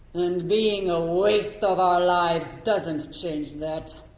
and being a waste of our lives doesn't change that.